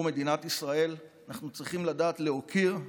מדינת ישראל אנחנו צריכים לדעת להוקיר,